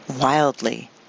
wildly